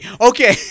okay